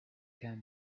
can